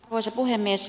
arvoisa puhemies